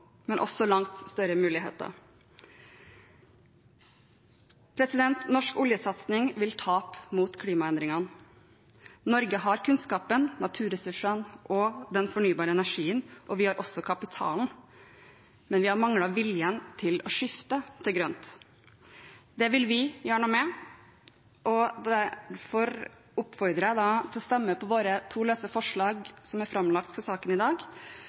men også langt større muligheter. Norsk oljesatsing vil tape mot klimaendringene. Norge har kunnskapen, naturressursene og den fornybare energien, og vi har også kapitalen, men vi har manglet viljen til å skifte til grønt. Det vil vi gjøre noe med. Jeg oppfordrer derfor til å stemme for våre to løse forslag som er fremmet i saken,